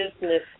business